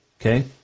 Okay